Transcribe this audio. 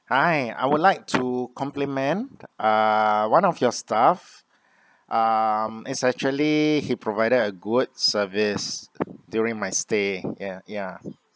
hi I would like to compliment uh one of your staff mm it's actually he provided a good service during my stay ya ya